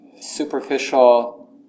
superficial